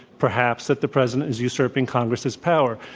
perhaps, that the president is usurping congress's power.